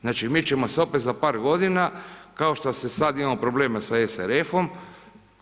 Znači mi ćemo se opet za par g. kao što sada imamo probleme sa SRF-om